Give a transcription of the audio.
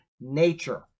nature